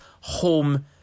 home